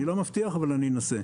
אני לא מבטיח, אבל אני אנסה.